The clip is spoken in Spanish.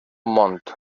montt